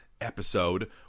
episode